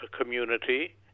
community